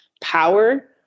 power